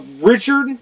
Richard